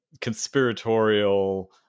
conspiratorial